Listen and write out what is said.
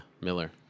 Miller